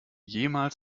jemals